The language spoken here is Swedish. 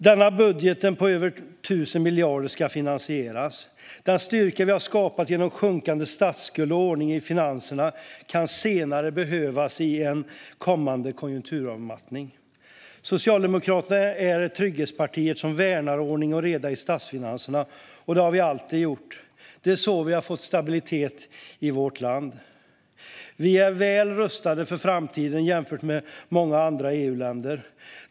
Denna budget på över 1 000 miljarder ska finansieras. Den styrka vi har skapat genom sjunkande statsskuld och ordning i finanserna kan behövas i en kommande konjunkturavmattning. Socialdemokraterna är trygghetspartiet som värnar ordning och reda i statsfinanserna, och det har vi alltid gjort. Det är så vi har fått stabilitet i vårt land. Vi är väl rustade för framtiden jämfört med många andra EU-länder.